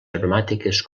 aromàtiques